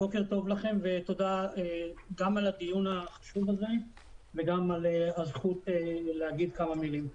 בוקר טוב לכם ותודה גם על הדיון החשוב הזה וגם על הזכות לומר כמה מילים.